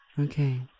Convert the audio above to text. Okay